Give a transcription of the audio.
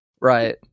right